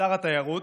שר התיירות,